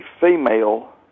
female